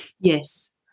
Yes